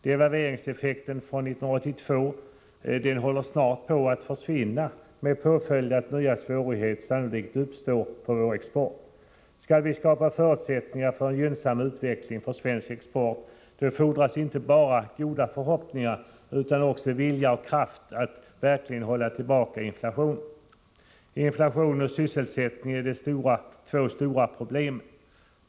Devalveringseffekten från 1982 håller snart på att försvinna med påföljd att nya svårigheter sannolikt uppstår för vår export. Skall vi skapa förutsättningar för en gynnsam utveckling för svensk export, då fordras inte bara goda förhoppningar utan också vilja och kraft att verkligen hålla tillbaka inflationen. Inflationen och frågan om sysselsättningen är de två stora problemen.